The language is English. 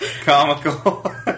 comical